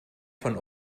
von